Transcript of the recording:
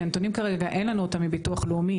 כי אין לנו את הנתונים מביטוח לאומי,